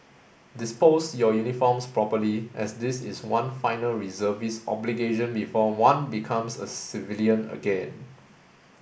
dispose your uniforms properly as this is one final reservist obligation before one becomes a civilian again